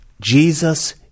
Jesus